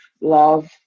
love